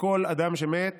וכל אדם שמת